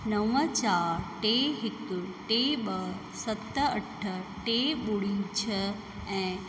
नव चारि टे हिकु टे ॿ सत अठ टे ॿुड़ी छह ऐं